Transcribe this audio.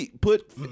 put